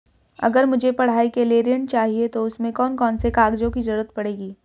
अगर मुझे पढ़ाई के लिए ऋण चाहिए तो उसमें कौन कौन से कागजों की जरूरत पड़ेगी?